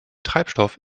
treibstoff